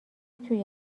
توی